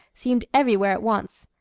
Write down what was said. seemed everywhere at once.